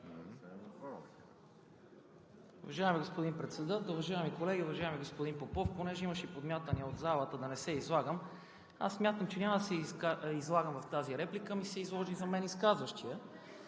Уважаеми господин Председател, уважаеми колеги! Уважаеми господин Попов, понеже имаше подмятания от залата да не се излагам, аз смятам, че няма да се излагам в тази реплика, ами за мен се изложи основно изказващият